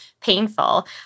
painful